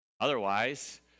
Otherwise